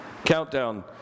Countdown